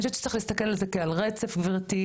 אני חושבת שצריך להסתכל על זה כעל רצף גברתי,